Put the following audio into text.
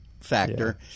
factor